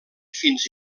fins